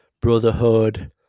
brotherhood